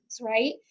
right